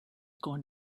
got